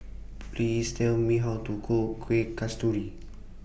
Please Tell Me How to Cook Kueh Kasturi